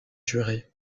juré